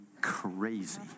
crazy